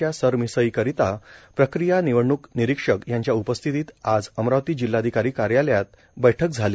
च्या सरमिसळीकरणाची प्रक्रिया निवडणूक निरीक्षक यांच्या उपस्थितीत आज अमरावती जिल्हाधिकारी कार्यालयात झाली